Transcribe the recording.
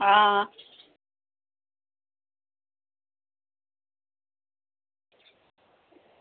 हां